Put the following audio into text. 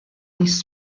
least